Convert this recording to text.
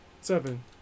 Seven